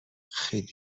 خیلی